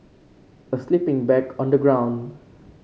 a sleeping bag on the ground